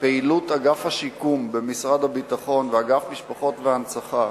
פעילות אגף השיקום ואגף משפחות והנצחה